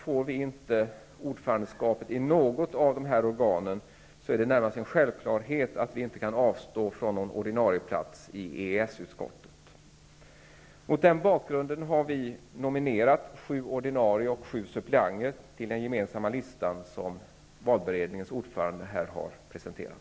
Får vi inte ordförandeskapet i något av organen, är det närmast en självklarhet att vi inte kan avstå från någon ordinarie plats i EES Mot den bakgrunden har vi nominerat sju ordinarie ledamöter och sju suppleanter till den gemensamma lista som valberedningens ordförande har presenterat.